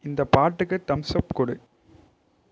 இந்த பாட்டுக்கு thumbs up கொடு